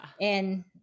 And-